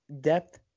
depth